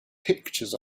pictures